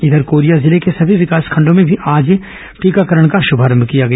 इघर कोरिया जिले के सभी विकसखंडों में भी आज टीकाकरण का शुभारंभ किया गया